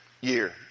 year